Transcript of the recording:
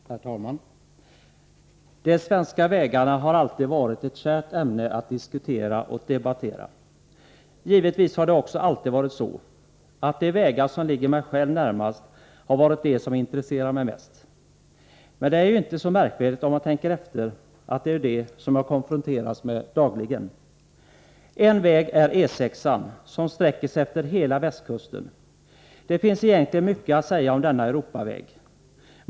Herr talman! De svenska vägarna har alltid varit ett kärt ämne att diskutera och debattera. Givetvis har det också alltid varit de vägar som ligger mig själv närmast som har varit de som intresserat mig mest. Men detta är ju inte så märkligt, eftersom det gäller de vägar som jag konfronteras med dagligen. En väg är E 6-an, som sträcker sig efter hela Västkusten. Det finns egentligen mycket att säga om denna Europaväg.